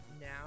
now